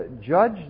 judge